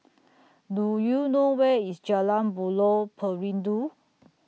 Do YOU know Where IS Jalan Buloh Perindu